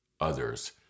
others